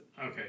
Okay